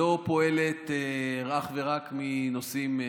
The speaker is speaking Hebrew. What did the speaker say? לא פועלת אך ורק מנושאים,